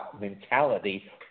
mentality